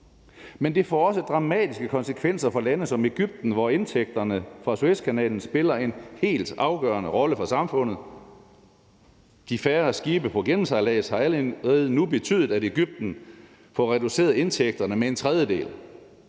Men det får også dramatiske konsekvenser for lande som Egypten, hvor indtægterne fra Suezkanalen spiller en helt afgørende rolle for samfundet. De færre skibe på gennemsejlads har allerede nu betydet, at Egypten får reduceret indtægterne med en tredjedel.